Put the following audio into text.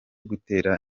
gutera